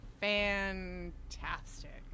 fantastic